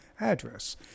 address